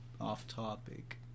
Off-topic